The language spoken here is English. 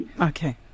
Okay